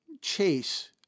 chase